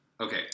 okay